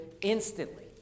instantly